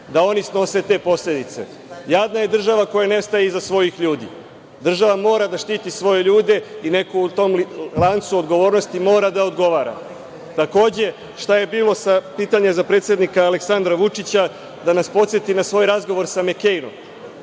da oni snose te posledice. Jadna je država koja ne staje iza svojih ljudi. Država mora da štiti svoje ljude i neko u tom lancu odgovornosti mora da odgovara. Takođe, šta je bilo sa pitanjem za predsednika Aleksandra Vučića, da nas podseti na voj razgovor sa Mekejnom,